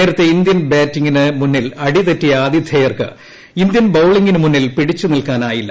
നേരത്തെ ഇന്ത്യൻ ബാറ്റിങ്ങിന് മുന്നിൽ അടിതെറ്റിയ ആതിഥേയർക്ക് ഇന്ത്യൻ ബൌളിങ്ങിന് മുന്നിൽ പിടിച്ചു നിൽക്കാനായില്ല